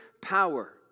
power